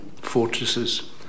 fortresses